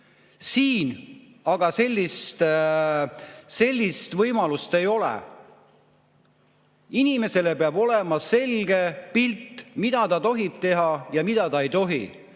Siin aga sellist võimalust ei ole. Inimesel peab olema selge pilt, mida ta tohib teha ja mida ta ei tohi.